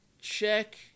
Check